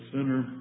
Center